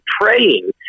praying